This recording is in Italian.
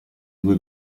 due